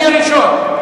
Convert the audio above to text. אני הראשון.